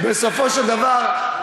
בסופו של דבר,